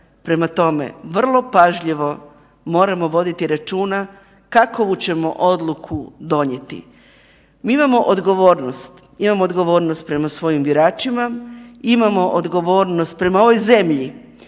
Prema tome, vrlo pažljivo moramo voditi računa kakovu ćemo odluku donijeti. Mi imamo odgovornost, imamo odgovornost prema svojim biračima, imamo odgovornost prema ovoj zemlji.